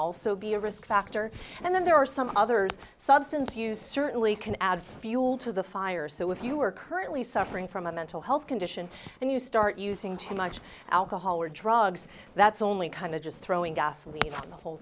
also be a risk factor and then there are some others substance use certainly can add fuel to the fire so if you are currently suffering from a mental health condition and you start using too much alcohol or drugs that's only kind of just throwing gasoline on the whole